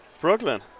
Brooklyn